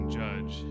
judge